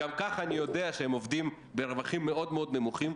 גם ככה אני יודע שהם עובדים ברווחים מאוד מאוד נמוכים,